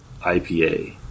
IPA